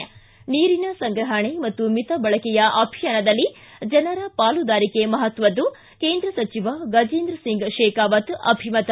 ಿ ನೀರಿನ ಸಂಗ್ರಹಣೆ ಮತ್ತು ಮಿತ ಬಳಕೆಯ ಅಭಿಯಾನದಲ್ಲಿ ಜನರ ಪಾಲುದಾರಿಕೆ ಮಹತ್ವದ್ದು ಕೇಂದ್ರ ಸಚಿವ ಗಜೇಂದ್ರ ಸಿಂಗ್ ಶೇಖಾವತ್ ಅಭಿಮತ